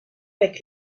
avec